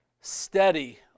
steady